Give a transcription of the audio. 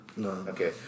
Okay